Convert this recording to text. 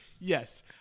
Yes